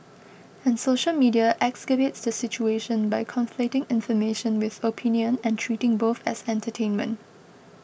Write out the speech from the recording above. and social media exacerbates the situation by conflating information with opinion and treating both as entertainment